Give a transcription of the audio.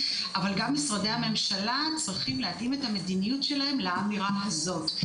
אבל גם משרדי הממשלה צריכים להתאים את המדיניות שלהם לאמירה הזאת.